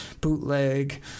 bootleg